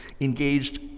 engaged